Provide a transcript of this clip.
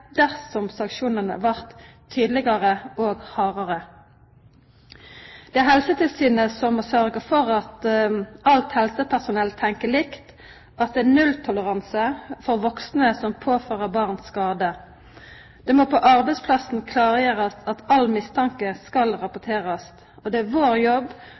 dersom sanksjonane vart tydelegare og hardare. Det er Helsetilsynet som må sørgja for at alt helsepersonell tenkjer likt, at det er nulltoleranse for vaksne som påfører barn skade. Det må på arbeidsplassen klargjerast at all mistanke skal rapporterast. Det er vår jobb